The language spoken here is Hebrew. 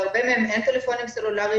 להרבה מהם אין טלפונים סלולריים,